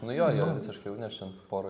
nu jo jie visiškai jauni aš ten pora